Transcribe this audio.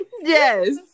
Yes